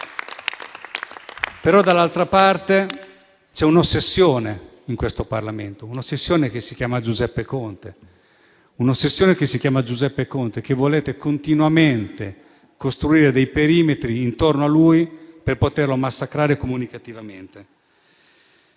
Dall'altra parte c'è un'ossessione, in questo Parlamento, che si chiama Giuseppe Conte e volete continuamente costruire dei perimetri intorno a lui per poterlo massacrare comunicativamente.